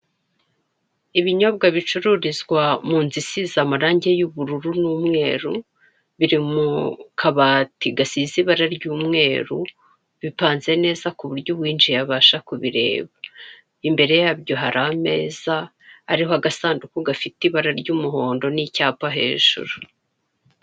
Ibinyobwa bicururizwa mu nzu isize amarangi y'ubururu n'umweru, biri mu kabati gasize ibara ry'umweru, bipanze neza ku buryo uwinjiye abasha kubireba; imbere yabyo hari ameza ariho agasanduku, gafite ibara ry'umuhondo n'icyapa hejuru.